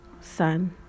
Son